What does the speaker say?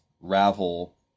ravel